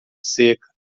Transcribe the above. seca